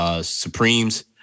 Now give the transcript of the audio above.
Supremes